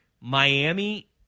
Miami